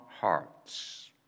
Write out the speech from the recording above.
hearts